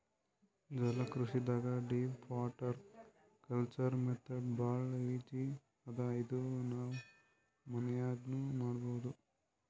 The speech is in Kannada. ಜಲಕೃಷಿದಾಗ್ ಡೀಪ್ ವಾಟರ್ ಕಲ್ಚರ್ ಮೆಥಡ್ ಭಾಳ್ ಈಜಿ ಅದಾ ಇದು ನಾವ್ ಮನ್ಯಾಗ್ನೂ ಮಾಡಬಹುದ್